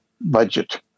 budget